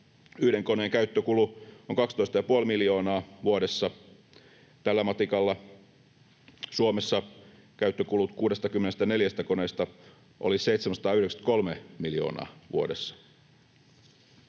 yhden koneen käyttökulu on 12,5 miljoonaa vuodessa. Tällä matikalla Suomessa käyttökulut 64 koneesta olisivat 793 miljoonaa vuodessa.